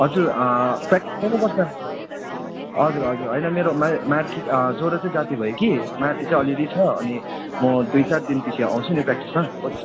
हजुर प्र्याक्टिस गर्नु पर्छ हजुर हजुर होइन मेरोमा मार्गी जोरो चाहिँ जाती भयो कि मार्गी चाहिँ अलि अलि छ अनि म दुई चार दिन पछि आउँछु नि म प्र्याक्टिसमा कोच